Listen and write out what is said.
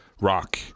rock